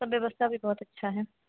सब व्यवस्था भी बहुत अच्छी है